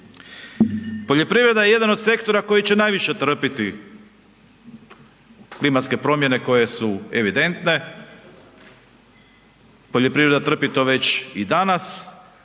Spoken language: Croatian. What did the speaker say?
Poljoprivreda je jedan od sektora koji će najviše trpiti klimatske promjene koje su evidentne, poljoprivreda trpi to već i danas,